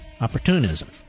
Opportunism